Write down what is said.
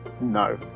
No